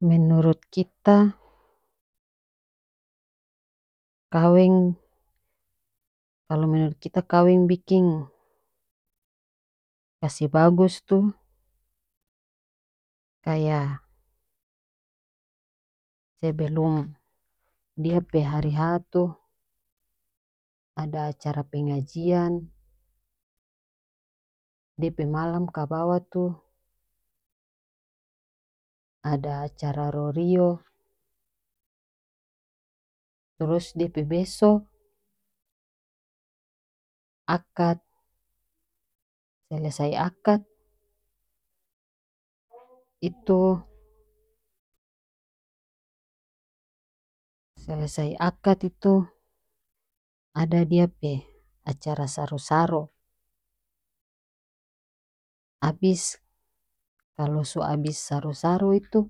menurut kita kaweng kalo menurut kita kaweng biking kase bagus tu kaya sebelum dia pe hari h tu ada acara pengajian de pe malam kabawa tu ada acara rorio trus dia pe beso akad selesai akad itu selesai akad itu ada dia pe acara saro saro abis kalo so abis saro saro itu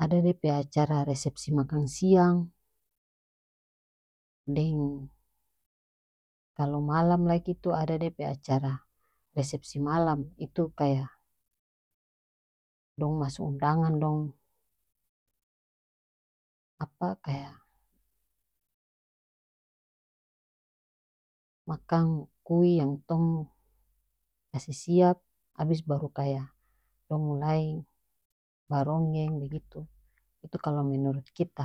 ada dia pe acara resepsi makang siang deng kalo malam lagi itu ada dia pe acara resepsi malam itu kaya dong maso undangan dong apa kaya makang kui yang tong kase siap abis baru kaya tong mulai baronggeng begitu itu kalo menurut kita.